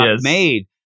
made